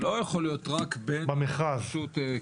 זה לא יכול להיות רק בין הרשות לחברה.